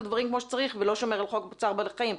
הדברים כמו שצריך ולא שומר על חוק צער בעלי חיים.